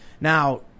now